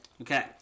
Okay